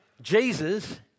Jesus